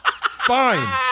Fine